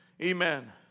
Amen